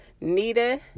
Nita